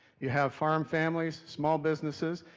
you have farm families, small businesses,